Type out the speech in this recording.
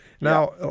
Now